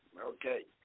Okay